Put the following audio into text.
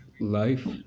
life